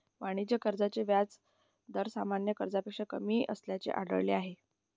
वाणिज्य कर्जाचे व्याज दर सामान्य कर्जापेक्षा कमी असल्याचे आढळले आहे